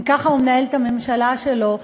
אם ככה הוא מנהל את הממשלה שלו,